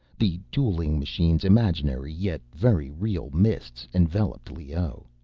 the dueling machine's imaginary yet very real mists enveloped leoh.